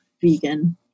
vegan